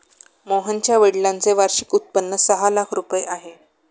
मोहनच्या वडिलांचे वार्षिक उत्पन्न सहा लाख रुपये आहे